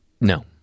No